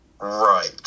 Right